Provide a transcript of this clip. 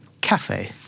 Cafe